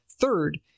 Third